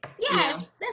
Yes